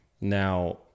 Now